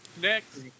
Next